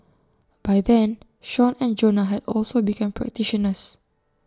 by then Sean and Jonah had also become practitioners